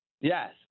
yes